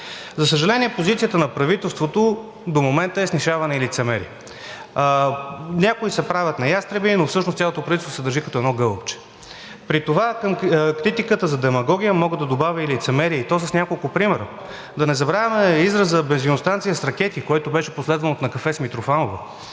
За съжаление, позицията на правителството до момента е снишаване и лицемерие. Някои се правят на ястреби, но всъщност цялото правителство се държи като едно гълъбче. Към критиката за демагогия мога да добавя и лицемерие, и то с няколко примера: да не забравяме израза „бензиностанция с ракети“, който беше последван от на кафе с Митрофанова;